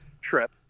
trip